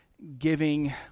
giving